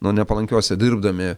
nu nepalankiose dirbdami